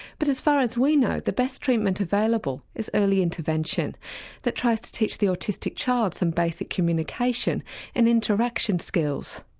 but as far as we know, the best treatment available is early intervention that tries to teach the autistic child some basic communication and interaction skills.